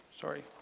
Sorry